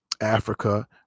Africa